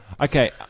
Okay